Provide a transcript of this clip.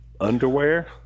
underwear